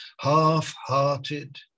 half-hearted